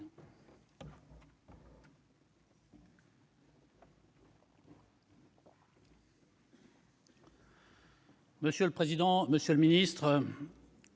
Monsieur le président, monsieur le ministre,